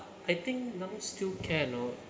I think now still can orh